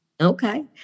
Okay